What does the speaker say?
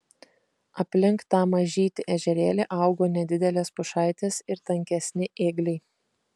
aplink tą mažytį ežerėlį augo nedidelės pušaitės ir tankesni ėgliai